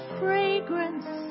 fragrance